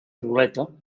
ruleta